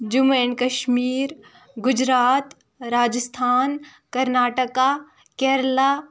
Jammu and Kashmir Gujarat Rajasthan Karnataka Kerala